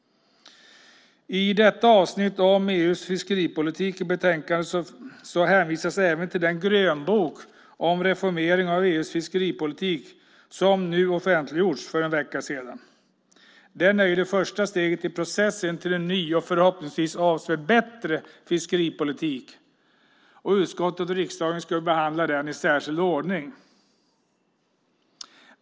I avsnittet om EU:s fiskeripolitik i betänkandet hänvisas även till den grönbok om reformering av EU:s fiskeripolitik som offentliggjordes för en vecka sedan. Den är det första steget i processen mot en ny och förhoppningsvis avsevärt bättre fiskeripolitik. Utskottet och riksdagen ska behandla den i särskild ordning.